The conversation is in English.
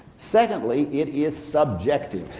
secondly, it is subjective.